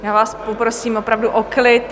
Já vás poprosím opravdu o klid.